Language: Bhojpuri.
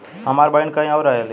हमार बहिन कहीं और रहेली